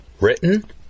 Written